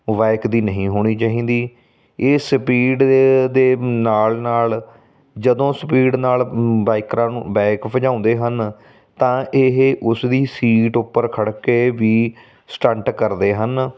bike ਦੀ ਨਹੀਂ ਹੋਣੀ ਚਾਹੀਦੀ ਇਹ ਸਪੀਡ ਦੇ ਨਾਲ ਨਾਲ ਜਦੋਂ ਸਪੀਡ ਨਾਲ ਬਾਇਕਰਾਂ ਨੂੰ ਬਾਇਕ ਭਜਾਉਂਦੇ ਹਨ ਤਾਂ ਇਹ ਉਸਦੀ ਸੀਟ ਉੱਪਰ ਖੜ੍ਹ ਕੇ ਵੀ ਸਟੰਟ ਕਰਦੇ ਹਨ